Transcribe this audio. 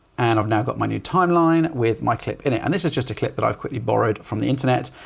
and i've now got my new timeline with my clip in it. and this is just a clip that i've quickly borrowed from the internet.